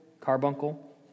Carbuncle